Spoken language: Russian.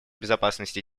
безопасности